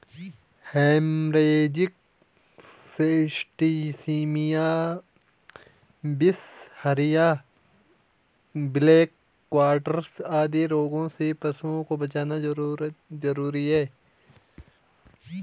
haemorrhagic septicaemia, बिसहरिया, black quarters आदि रोगों से पशुओं को बचाना जरूरी है